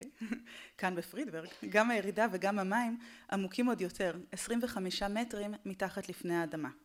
כאן בפרידברג גם הירידה וגם המים עמוקים עוד יותר 25 מטרים מתחת לפני האדמה